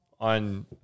on